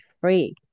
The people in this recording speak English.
free